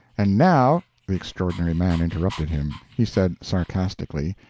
and now the extraordinary man interrupted him. he said, sarcastically,